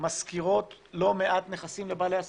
משכירות לא מעט נכסים לבעלי עסקים.